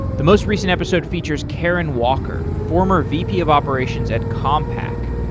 the most recent episode features karen walker, former vp of operations at compaq.